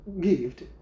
gift